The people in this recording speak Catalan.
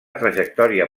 trajectòria